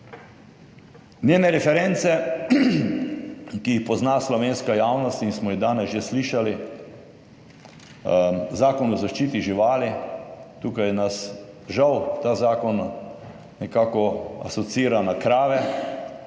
Njene reference, ki jih pozna slovenska javnost in smo jih danes že slišali. Zakon o zaščiti živali. Tukaj nas žal ta zakon nekako asociira na krave,